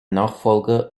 nachfolger